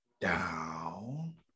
down